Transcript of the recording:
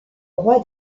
roi